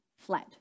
fled